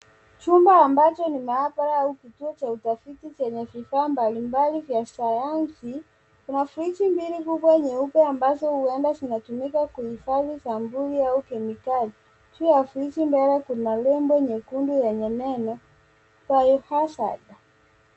Chumba ambacho ni maabara au kituo cha utafiti chenye vifaa mbalimbali vya sayansi, kuna friji mbili kubwa nyeupe ambazo huenda zinatumika kuhifadhi sampuli au kemikali, juu ya friji mbele kuna nembo nyekundu yenye neno bio-hazard .